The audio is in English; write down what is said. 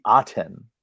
Aten